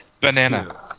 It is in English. banana